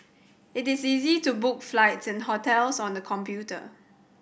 it is easy to book flights and hotels on the computer